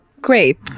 grape